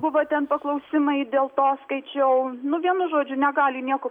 buvo ten paklausimai dėl to skaičiau nu vienu žodžiu negali nieko